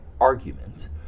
argument